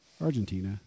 Argentina